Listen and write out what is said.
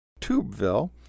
Tubeville